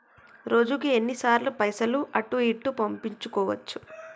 రోజుకు ఎన్ని సార్లు పైసలు అటూ ఇటూ పంపించుకోవచ్చు?